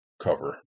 cover